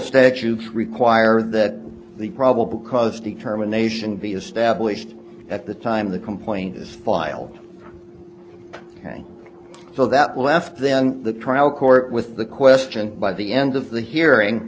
statutes require that the probable cause determination be established at the time the complaint is filed so that left then the trial court with the question by the end of the hearing